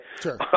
Sure